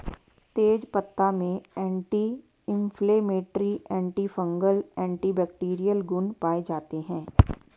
तेजपत्ता में anti inflammatory, antifungal, antibacterial गुण पाये जाते है